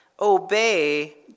obey